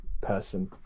person